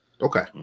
Okay